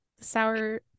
Sour